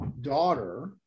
daughter